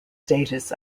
status